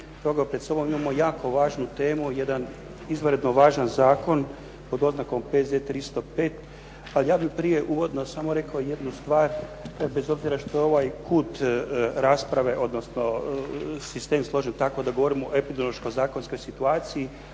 Ovdje pred sobom imamo jako važnu temu, jedan izvanredno važan zakon pod oznakom P.Z. 305.. Ali ja bih prije uvodno samo rekao jednu stvar, bez obzira što je ovaj kut rasprave odnosno sistem složen tako da govorimo o epidemiološkoj zakonskoj situaciji,